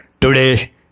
Today